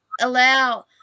allow